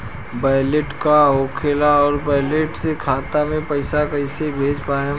Wallet का होखेला और वैलेट से खाता मे पईसा कइसे भेज पाएम?